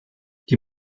die